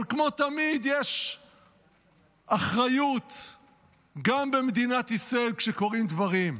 אבל כמו תמיד יש אחריות גם במדינת ישראל כשקורים דברים.